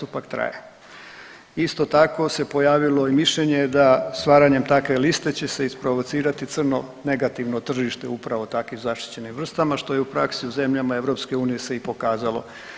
Isto tako se pojavilo i mišljenje da stvaranjem takve liste će se isprovocirati crno negativno tržište upravo takvih zaštićenim vrstama što je u praksi u zemljama EU se i pokazalo.